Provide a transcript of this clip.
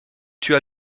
tua